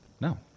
No